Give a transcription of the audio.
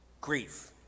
grief